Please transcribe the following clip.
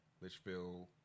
Litchfield